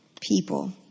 people